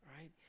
right